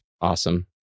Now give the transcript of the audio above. Awesome